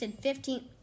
Fifteen